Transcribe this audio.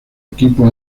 equipos